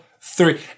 three